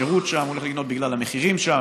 הולך לקנות בגלל השירות שם,